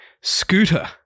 scooter